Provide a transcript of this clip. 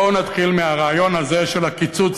בואו ונתחיל מהרעיון הזה של הקיצוץ